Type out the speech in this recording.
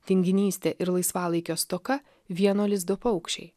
tinginystė ir laisvalaikio stoka vieno lizdo paukščiai